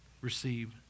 receive